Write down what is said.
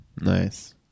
Nice